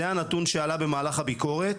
זה הנתון שעלה במהלך הביקורת.